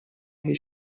his